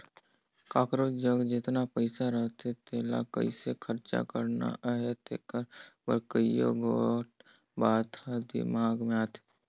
काकरोच जग जेतना पइसा रहथे तेला कइसे खरचा करना अहे तेकर बर कइयो गोट बात हर दिमाक में आथे